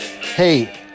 hey